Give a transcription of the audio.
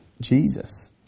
Jesus